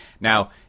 now